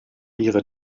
ihre